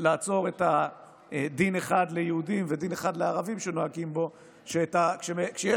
לעצור את דין אחד ליהודים ודין אחר לערבים שנוהגים בו’ שכשיש